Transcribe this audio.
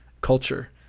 culture